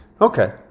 Okay